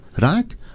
Right